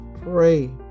Pray